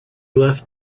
left